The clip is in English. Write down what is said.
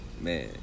Man